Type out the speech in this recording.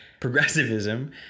Progressivism